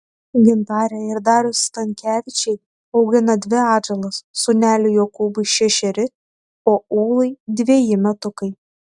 gintarė ir darius stankevičiai augina dvi atžalas sūneliui jokūbui šešeri o ūlai dveji metukai